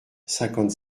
cinquante